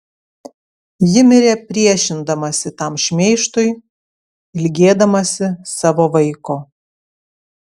ji mirė priešindamasi tam šmeižtui ilgėdamasi savo vaiko